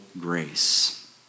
grace